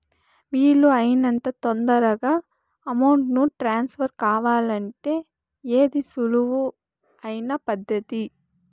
వీలు అయినంత తొందరగా అమౌంట్ ను ట్రాన్స్ఫర్ కావాలంటే ఏది సులువు అయిన పద్దతి